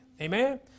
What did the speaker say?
Amen